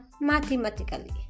mathematically